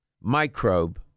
microbe